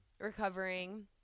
recovering